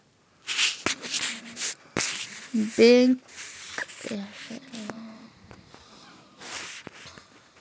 Bank का ब्याज दर क्या होता हैं?